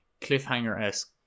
cliffhanger-esque